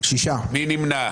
מי נמנע?